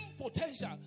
potential